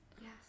Yes